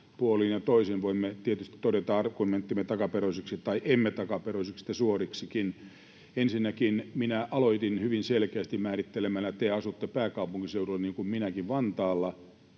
ja toisin voimme tietysti todeta argumenttimme takaperoisiksi tai ei-takaperoisiksi tai suoriksikin. Ensinnäkin aloitin hyvin selkeästi määrittelemällä, että te asutte pääkaupunkiseudulla niin kuin minäkin Vantaalla,